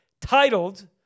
titled